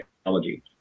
technology